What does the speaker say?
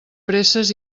presses